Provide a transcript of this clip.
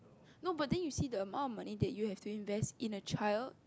no but then you see the amount of money that you have to invest in a child